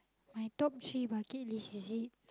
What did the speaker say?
my top three bucket list is it